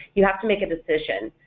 you have to make a decision,